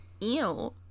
Ew